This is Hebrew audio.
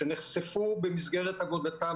שנחשפו במסגרת עבודתם,